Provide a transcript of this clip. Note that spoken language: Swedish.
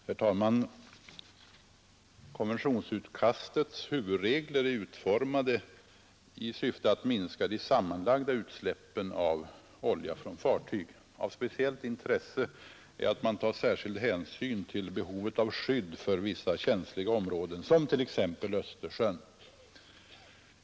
Herr talman! Konventionsutkastets huvudregler är utformade i syfte att minska de sammanlagda utsläppen av olja från fartyg. Av speciellt intresse är att man tar särskild hänsyn till behovet av skydd för vissa känsliga områden, som t.ex. Östersjön.